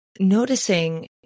noticing